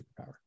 superpower